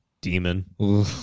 demon